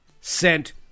sent